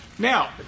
Now